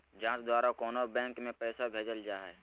जाँच द्वारा कोनो बैंक में पैसा भेजल जा हइ